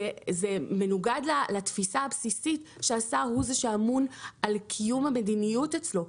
זה מנוגד לתפיסה הבסיסית שהשר הוא זה שאמון על קיום המדיניות אצלו.